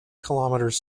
kilometres